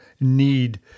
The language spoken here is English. need